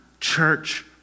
church